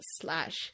slash